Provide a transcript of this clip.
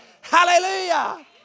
Hallelujah